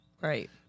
Right